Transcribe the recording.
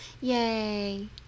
Yay